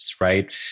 right